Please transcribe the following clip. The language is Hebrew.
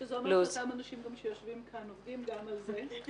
זה אומר שאותם אנשים שיושבים כאן עובדים על זה.